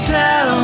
tell